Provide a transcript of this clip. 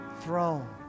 throne